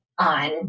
On